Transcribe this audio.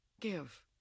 Give